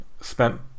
spent